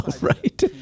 Right